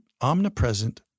omnipresent